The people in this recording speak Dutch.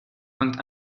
hangt